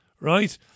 Right